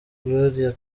gloria